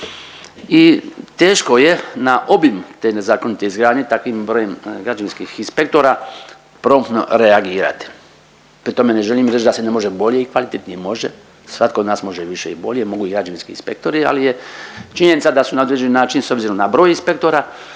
i teško je na obim te nezakonite izgradnje takvim brojem građevinskih inspektora, promptno reagirati. Pri tome ne želim reć da se ne može bolje i kvalitetnije. Može, svatko od nas može više i bolje, mogu i građevinski inspektori ali je činjenica da su na određeni način s obzirom na broj inspektora